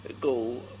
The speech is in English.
go